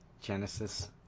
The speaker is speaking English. Genesis